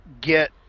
get